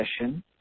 session